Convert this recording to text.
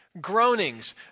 groanings